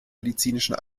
medizinischen